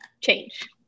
change